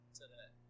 today